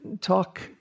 talk